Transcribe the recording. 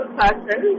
person